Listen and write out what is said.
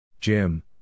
Jim